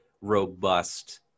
robust